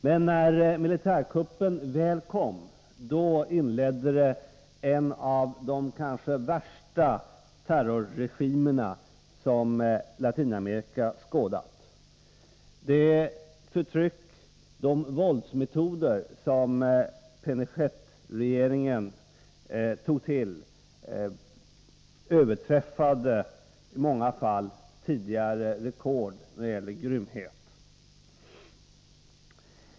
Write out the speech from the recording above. Men när militärkuppen väl kom infördes en av de kanske värsta terrorregimer som Latinamerika skådat. Det förtryck, de våldsmetoder som Pinochetregeringen tog till överträffade i många fall tidigare rekord när det gällde grymhet.